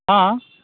हं